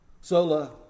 Sola